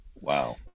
Wow